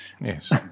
Yes